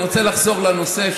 אני רוצה לחזור לנושא.